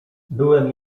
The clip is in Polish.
byłem